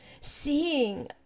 seeing